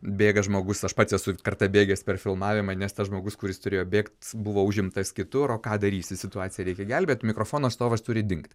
bėga žmogus aš pats esu kartą bėgęs per filmavimą nes tas žmogus kuris turėjo bėgt buvo užimtas kitur o ką darysi situaciją reikia gelbėt mikrofono stovas turi dingt